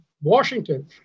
Washington